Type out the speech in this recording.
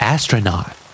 Astronaut